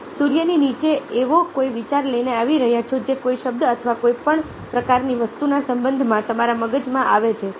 તમે સૂર્યની નીચે એવો કોઈ વિચાર લઈને આવી રહ્યા છો જે કોઈ શબ્દ અથવા કોઈપણ પ્રકારની વસ્તુના સંબંધમાં તમારા મગજમાં આવે છે